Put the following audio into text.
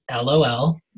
lol